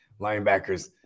linebackers